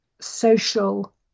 social